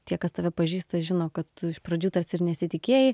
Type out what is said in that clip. tie kas tave pažįsta žino kad iš pradžių tarsi ir nesitikėjai